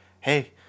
hey